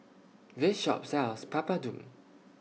This Shop sells Papadum